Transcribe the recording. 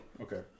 Okay